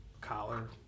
collar